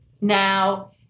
Now